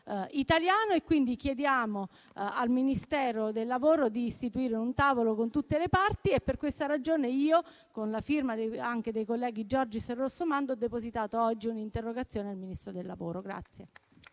italiano e quindi chiediamo al Ministero del lavoro di istituire un tavolo con tutte le parti. Per questa ragione, con la firma anche dei colleghi Giorgis e Rossomando, ho depositato oggi un'interrogazione al Ministro del lavoro.